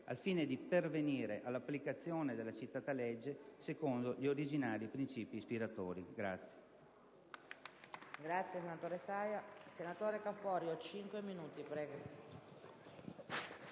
al fine di pervenire all'applicazione della citata legge secondo gli originari principi ispiratori.